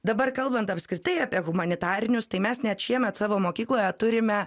dabar kalbant apskritai apie humanitarinius tai mes net šiemet savo mokykloje turime